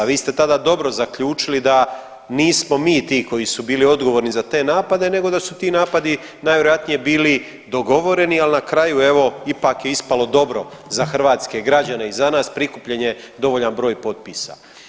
Vi ste tada dobro zaključili da nismo mi ti koji su bili odgovorni za te napade, nego da su ti napadi najvjerojatnije bili dogovoreni, al na kraju evo ipak je ispalo dobro za hrvatske građane i za nas prikupljen je dovoljan broj potpisa.